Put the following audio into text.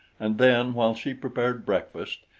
and then while she prepared breakfast,